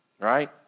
right